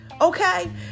okay